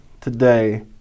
today